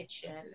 kitchen